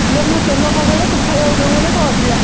ହେଲେ ମୁଁ ତେଲ ପକେଇଲେ ତୁ ଖାଇବାକୁ ଦେବୁ ବୋଲେ କହ ଯିବା